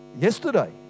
yesterday